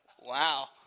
Wow